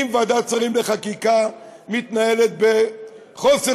אם ועדת השרים לחקיקה מתנהלת בחוסר